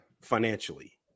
financially